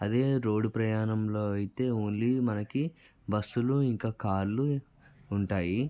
అదే రోడ్డు ప్రయాణంలో అయితే ఓన్లీ మనకి బస్సులు ఇంకా కార్లు ఉంటాయి